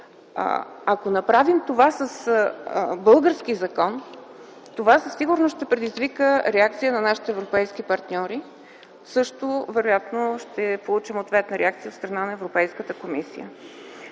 го направим с български закон, това със сигурност ще предизвика реакция на нашите европейски партньори. Вероятно също ще получим ответна реакция от страна на Европейската комисия.